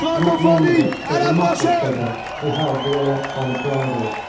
and at the end of it stood a muffled figure, who held violette by the bridle.